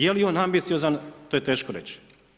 Je li on ambiciozan to je teško reći.